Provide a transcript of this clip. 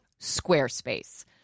Squarespace